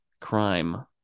crime